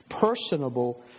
personable